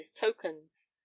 tokens